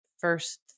first